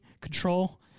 Control